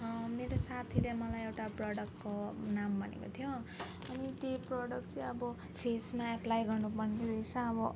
मेरो साथीले मलाई एउटा प्रडक्टको नाम भनेको थियो अनि त्यो प्रडक्ट चाहिँ अब फेसमा एप्लाई गर्नुपर्ने रहेछ अब